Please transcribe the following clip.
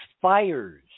fires